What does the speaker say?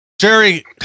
Jerry